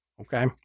Okay